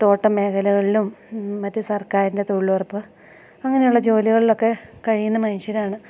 തോട്ടം മേഖലകളിലും മറ്റ് സർക്കാരിൻ്റെ തൊഴിലുറപ്പ് അങ്ങനെയുള്ള ജോലികളിലൊക്കെ കഴിയുന്ന മനുഷ്യരാണ്